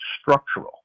structural